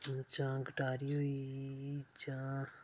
जियां कां होई गेआ जियां गटारी होई गेई जां